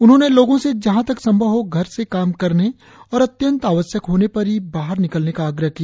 उन्होंने लोगों से जहां तक संभव हो घर से काम करने और अत्यंत आवश्यक होने पर ही बाहर निकलने का आग्रह किया